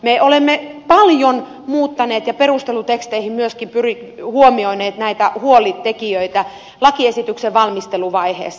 me olemme paljon muuttaneet ja perusteluteksteihin myöskin huomioineet näitä huolitekijöitä lakiesityksen valmisteluvaiheessa